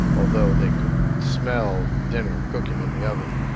although they could smell dinner cooking in the oven.